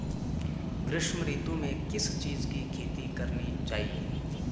ग्रीष्म ऋतु में किस चीज़ की खेती करनी चाहिये?